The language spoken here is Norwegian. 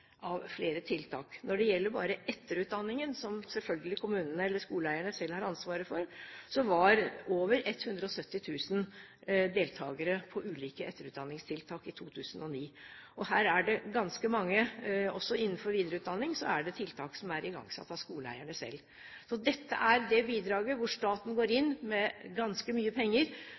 av flere tiltak. Når det gjelder bare etterutdanningen – som selvfølgelig kommunene, eller skoleeierne, selv har ansvaret for – var over 170 000 deltakere på ulike etterutdanningstiltak i 2009. Så er det ganske mange også innenfor videreutdanning, og det er tiltak som er igangsatt av skoleeierne selv. Dette er det bidraget der staten går inn med ganske mye penger,